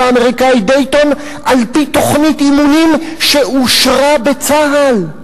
האמריקני דייטון על-פי תוכנית אימונים שאושרה בצה"ל.